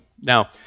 Now